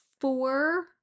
four